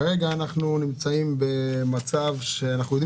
כרגע אנחנו נמצאים במצב שאנחנו יודעים